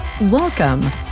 Welcome